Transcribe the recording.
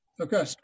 Okay